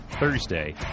Thursday